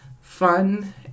fun